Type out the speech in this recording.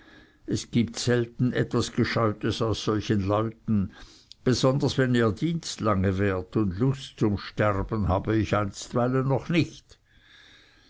es gibt selten etwas gescheutes aus solchen leuten besonders wenn ihr dienst lange währt und lust zum sterben habe ich einstweilen noch nicht